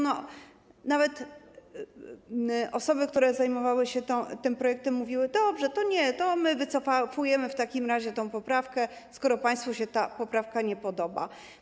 Nawet osoby, które zajmowały się tym projektem, mówiły: dobrze, to nie, to my wycofujemy w takim razie tę poprawkę, skoro państwu ta poprawka się nie podoba.